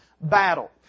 battle